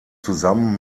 zusammen